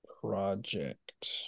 Project